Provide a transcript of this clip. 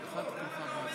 יעקב.